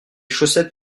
chaussettes